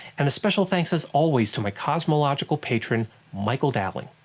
and special thanks as always to my cosmological patron michael dowling.